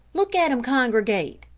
look at em congregate!